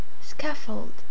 Scaffold